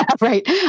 Right